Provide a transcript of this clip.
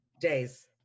days